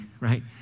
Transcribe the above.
right